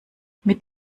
mit